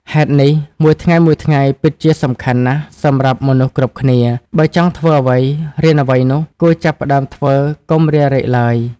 ហេតុនេះ មួយថ្ងៃៗពិតជាសំខាន់ណាស់សម្រាប់មនុស្សគ្រប់គ្នា បើចង់ធ្វើអ្វី រៀនអ្វីនោះ គួរចាប់ផ្ដើមធ្វើ កុំរារែកឡើយ។